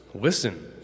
listen